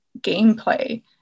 gameplay